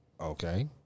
Okay